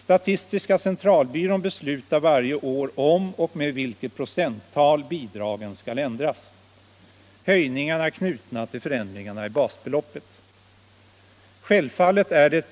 Statistiska centralbyrån beslutar varje år om och med vilket procenttal bidragen skall ändras. Höjningarna är knutna till förändringarna i basbeloppen. Självfallet är det